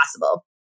possible